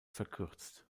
verkürzt